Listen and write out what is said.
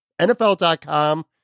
NFL.com